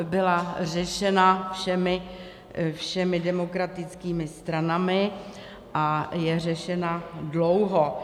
Byla řešena všemi demokratickými stranami a je řešena dlouho.